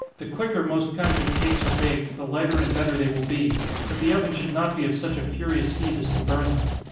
the quicker most kinds of cake are baked, the lighter and better they will be but the oven should not be of such a furious heat as to burn them.